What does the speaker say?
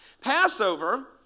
Passover